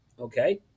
okay